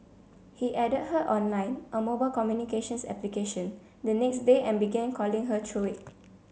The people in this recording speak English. he added her on Line a mobile communications application the next day and began calling her through it